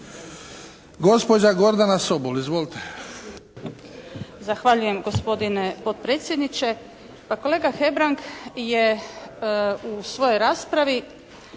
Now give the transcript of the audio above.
Gospođa Gordana Sobol. Izvolite.